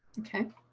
okay,